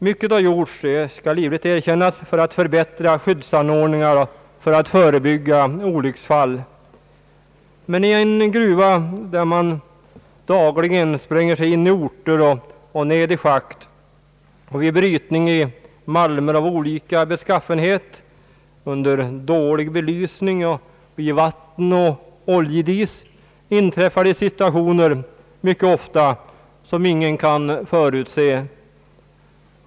Det skall livligt erkännas att mycket har gjorts för att förbättra skyddsanordningarna och förebygga olycksfall. Men i en gruva där man dagligen spränger sig in i orter och ned i schakt och vid brytning av malmer av olika beskaffenhet under dåliga belysningsförhållanden och i vatten och oljedis inträffar mycket ofta situationer som ingen kan förutse.